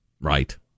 right